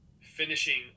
finishing